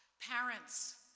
parents,